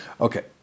Okay